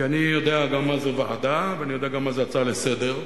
כי אני יודע גם מה זו ועדה וגם מה זו הצעה לסדר-היום.